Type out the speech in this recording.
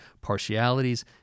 partialities